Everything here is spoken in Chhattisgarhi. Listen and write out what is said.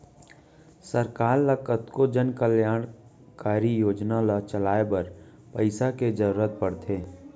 सरकार ल कतको जनकल्यानकारी योजना ल चलाए बर पइसा के जरुरत पड़थे